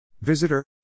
Visitor